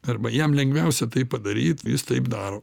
arba jam lengviausia taip padaryt jis taip daro